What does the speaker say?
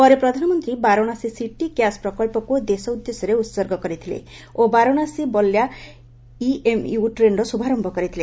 ପରେ ପ୍ରଧାନମନ୍ତ୍ରୀ Varanasi city gas ପ୍ରକ୍ସକୁ ଦେଶ ଉଦ୍ଦେଶ୍ୟରେ ଉତ୍ସର୍ଗ କରିଥିଲେ ଓ ବାରାଶସୀ ବଲ୍ୟା ଇଏମ୍ୟୁ ଟ୍ରେନ୍ର ଶୁଭାରମ୍ଭ କରିଥିଲେ